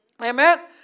Amen